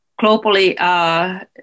globally